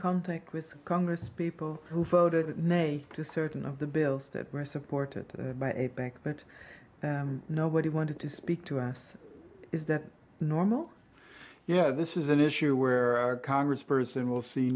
contact with congress people who voted nay to certain of the bills that were supported by a bank but nobody wanted to speak to us is that normal yeah this is an issue where our congressperson will see